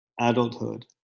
adulthood